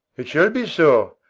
it shall be so.